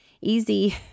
easy